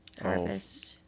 harvest